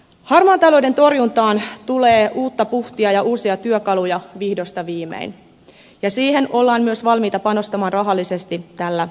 harmaan talouden torjuntaan tulee uutta puhtia ja uusia työkaluja vihdosta viimein ja siihen ollaan myös valmiita panostamaan rahallisesti tällä hallituskaudella